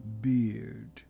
beard